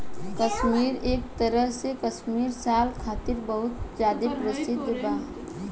काश्मीर एक तरह से काश्मीरी साल खातिर बहुत ज्यादा प्रसिद्ध बा